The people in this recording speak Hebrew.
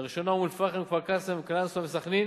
לראשונה, אום-אל-פחם, כפר-קאסם, קלנסואה וסח'נין